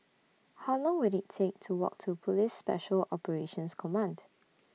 How Long Will IT Take to Walk to Police Special Operations Command